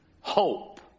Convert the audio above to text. Hope